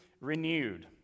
renewed